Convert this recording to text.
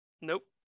nope